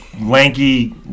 lanky